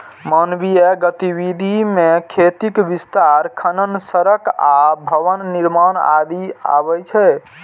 मानवीय गतिविधि मे खेतीक विस्तार, खनन, सड़क आ भवन निर्माण आदि अबै छै